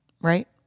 right